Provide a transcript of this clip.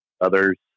others